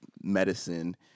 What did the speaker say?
medicine